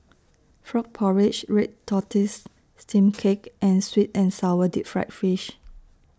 Frog Porridge Red Tortoise Steamed Cake and Sweet and Sour Deep Fried Fish